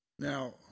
Now